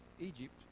Egypt